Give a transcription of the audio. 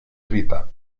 rita